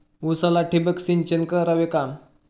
उसाला ठिबक सिंचन करावे का?